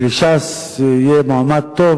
לש"ס יהיה מועמד טוב,